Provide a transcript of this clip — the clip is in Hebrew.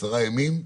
עשרה ימים,